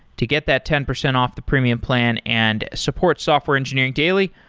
to get that ten percent off the premium plan and support software engineering daily,